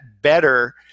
better